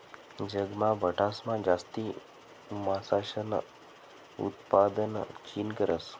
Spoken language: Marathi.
जगमा बठासमा जास्ती मासासनं उतपादन चीन करस